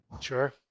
Sure